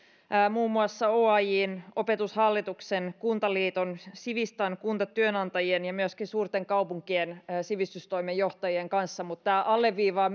muun muassa oajn opetushallituksen kuntaliiton sivistan kuntatyönantajien ja myöskin suurten kaupunkien sivistystoimenjohtajien kanssa mutta tämä alleviivaa